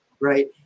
right